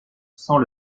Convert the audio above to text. sent